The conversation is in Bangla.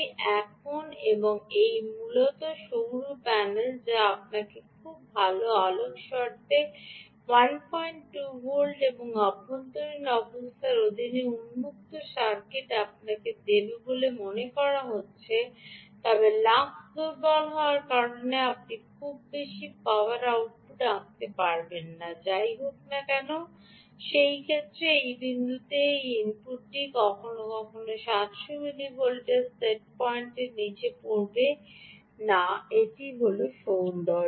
এখন এবং এটি মূলত সৌর প্যানেল যা আপনাকে খুব ভাল আলোক শর্তে 12 ভোল্ট এবং অভ্যন্তরীণ অবস্থার অধীনে উন্মুক্ত সার্কিট আপনাকে দেবে বলে মনে করা হচ্ছে তবে লাক্স দুর্বল হওয়ার কারণে আপনি খুব বেশি পাওয়ার আউটপুট আঁকতে পারবেন না যাই হোক না কেন ক্ষেত্রে এই বিন্দুতে এই ইনপুটটি কখনও কখনও 700 মিলিভোল্টের সেট পয়েন্টের নীচে পড়বে না এটি হল সৌন্দর্য